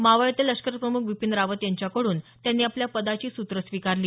मावळते लष्करप्रमुख बिपीन रावत यांच्याकडून त्यांनी आपल्या पदाची सूत्रं स्वीकारली